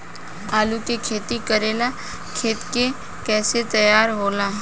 आलू के खेती करेला खेत के कैसे तैयारी होला?